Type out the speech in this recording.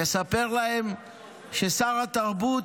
אני אספר להם ששר התרבות,